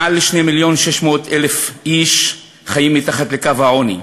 יותר מ-2,600,000 חיים מתחת לקו העוני,